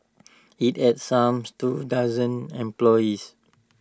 IT had some two dozen employees